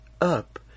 up